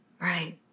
Right